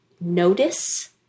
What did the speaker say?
notice